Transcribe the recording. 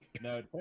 no